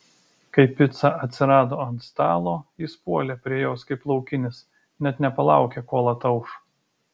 kai pica atsirado ant stalo jis puolė prie jos kaip laukinis net nepalaukė kol atauš